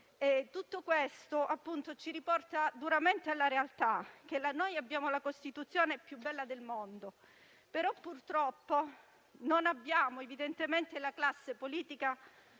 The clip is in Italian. Tutto questo ci riporta duramente alla realtà: noi abbiamo la Costituzione più bella del mondo, però purtroppo non abbiamo la classe politica